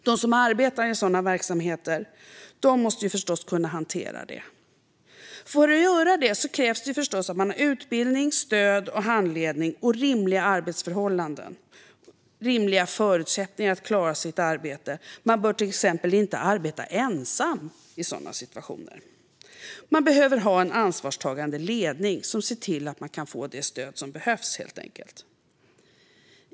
De som arbetar i sådana här verksamheter måste dock kunna hantera detta, och då krävs utbildning, stöd, handledning och rimliga arbetsförhållanden, med andra ord rimliga förutsättningar att klara sitt arbete. Man bör till exempel inte arbeta ensam i sådana situationer. Man behöver helt enkelt ha en ansvarstagande ledning som ser till att man kan få det stöd som behövs.